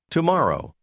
Tomorrow